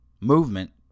Movement